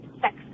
sex